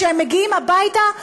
כשהם מגיעים הביתה,